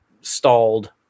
stalled